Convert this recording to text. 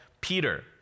Peter